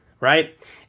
right